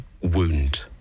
wound